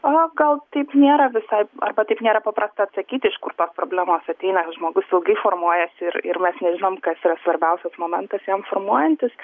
o gal taip nėra visai arba taip nėra paprasta atsakyti iš kur tos problemos ateina žmogus ilgai formuojasi ir ir mes nežinom kas yra svarbiausias momentas jam formuojantis